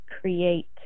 create